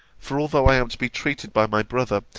for although i am to be treated by my brother,